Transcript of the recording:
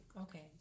Okay